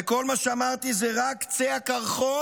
וכל מה שאמרתי זה רק קצה הקרחון,